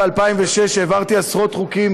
ב-2006,